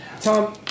Tom